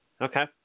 Okay